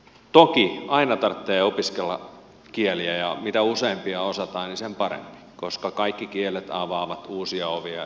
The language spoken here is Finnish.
toki aina tarvitsee opiskella kieliä ja mitä useampia osataan sen parempi koska kaikki kielet avaavat uusia ovia ja eri ovia